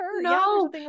no